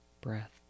breath